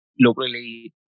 locally